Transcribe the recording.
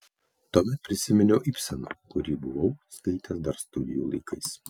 tuomet prisiminiau ibseną kurį buvau skaitęs dar studijų laikais